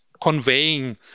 conveying